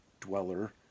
dweller